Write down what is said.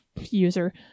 user